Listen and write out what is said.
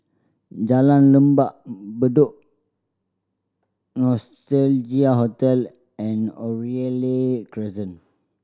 Jalan Lembah Bedok Nostalgia Hotel and Oriole Crescent